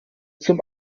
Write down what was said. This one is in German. zum